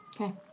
Okay